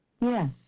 Yes